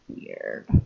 Weird